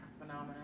phenomena